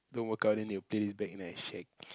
don't work out and then they'll play this back and then I shag